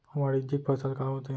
वाणिज्यिक फसल का होथे?